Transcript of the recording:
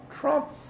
Trump